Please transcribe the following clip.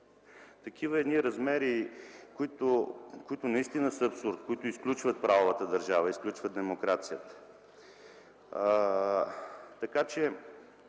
добива размери, които наистина са абсурд и изключват правовата държава, изключват демокрацията.